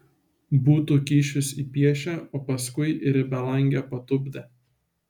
būtų kyšius įpiešę o paskui ir į belangę patupdę